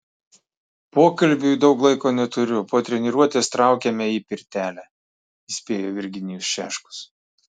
pokalbiui daug laiko neturiu po treniruotės traukiame į pirtelę įspėjo virginijus šeškus